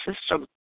system